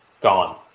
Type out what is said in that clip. gone